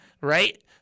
right